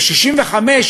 ב-1965,